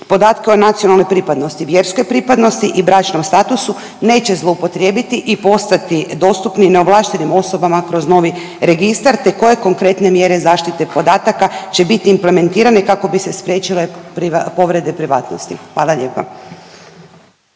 podatke o nacionalnoj pripadnosti, vjerskoj pripadnosti i bračnom statusu neće zloupotrijebiti i postati dostupni neovlaštenim osobama kroz novi registar, te koje konkretne mjere zaštite podataka će bit implementirane kako bi se spriječile povrede privatnosti? Hvala lijepa.